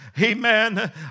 Amen